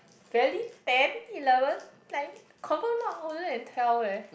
barely ten eleven nine confirm not older than twelve eh